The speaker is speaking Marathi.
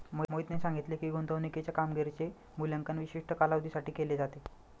मोहितने सांगितले की, गुंतवणूकीच्या कामगिरीचे मूल्यांकन विशिष्ट कालावधीसाठी केले जाते